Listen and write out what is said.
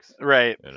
Right